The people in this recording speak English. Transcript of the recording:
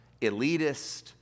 elitist